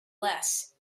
less